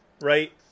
right